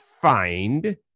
find